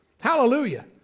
Hallelujah